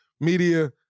media